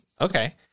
Okay